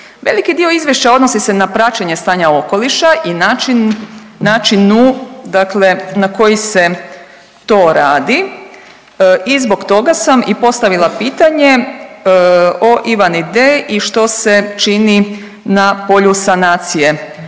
Veliki dio izvješća odnosi se na praćenje stanja okoliša i način, načinu dakle na koji se to radi i zbog toga sam i postavila pitanje o IVANI D i što se čini na polju sanacije